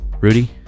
Rudy